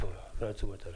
הצבעה אושר.